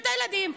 את הילדים,